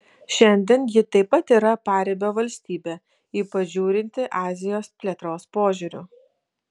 šiandien ji taip pat yra paribio valstybė ypač žiūrinti azijos plėtros požiūriu